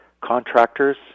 contractors